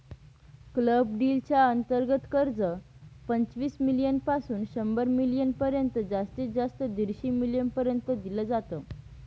club deal च्या अंतर्गत कर्ज, पंचवीस मिलीयन पासून शंभर मिलीयन पर्यंत जास्तीत जास्त दीडशे मिलीयन पर्यंत दिल जात